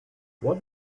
what